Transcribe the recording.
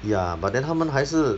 ya but then 他们还是